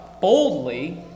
boldly